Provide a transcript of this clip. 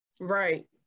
Right